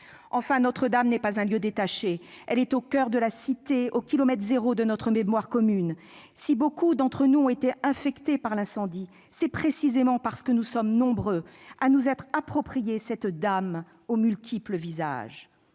Enfin, Notre-Dame n'est pas un lieu détaché ; elle est au coeur de la Cité, au kilomètre zéro de notre mémoire commune. Si beaucoup d'entre nous ont été affectés par l'incendie, c'est précisément parce que nous sommes nombreux à nous être approprié cette « dame aux multiples visages